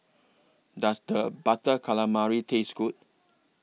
Does The Butter Calamari Taste Good